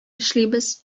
эшлибез